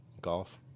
golf